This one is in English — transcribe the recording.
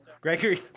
Gregory